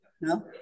No